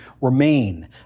remain